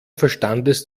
verstandes